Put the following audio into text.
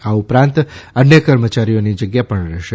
આ ઉપરાંત અન્ય કર્મચારીઓની જગ્યાઓ પણ રહેશે